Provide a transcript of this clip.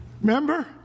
Remember